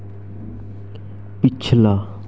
पिछला